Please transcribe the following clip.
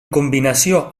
combinació